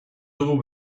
dugu